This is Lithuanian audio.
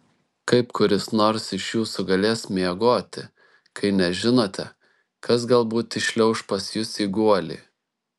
kaip kuris nors iš jūsų galės miegoti kai nežinote kas galbūt įšliauš pas jus į guolį